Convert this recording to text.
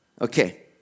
okay